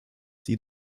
die